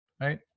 Right